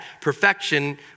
perfection